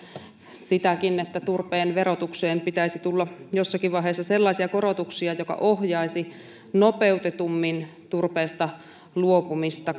sitäkin että turpeen verotukseen pitäisi tulla jossakin vaiheessa sellaisia korotuksia jotka ohjaisivat nopeutetummin turpeesta luopumista